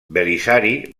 belisari